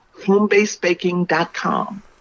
HomeBasedBaking.com